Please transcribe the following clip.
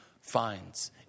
finds